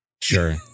sure